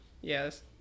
Yes